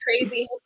crazy